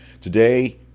Today